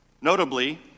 Notably